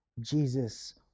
Jesus